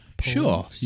Sure